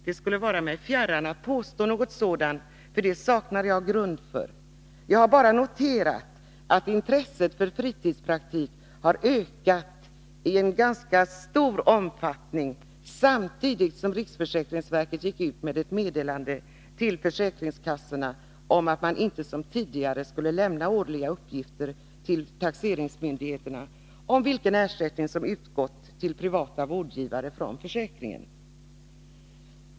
Det skulle vara mig fjärran att påstå något sådant. Det saknar jag grund för. Jag har bara noterat att intresset för fritidspraktik har ökat i en ganska stor omfattning samtidigt som riksförsäkringsverket gick ut med ett meddelande till försäkringskassorna om att man inte som tidigare skulle lämna årliga uppgifter till taxeringsmyndigheterna om vilken ersättning som utgått från försäkringen till privata vårdgivare.